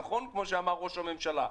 כפי שאמר ראש הממשלה.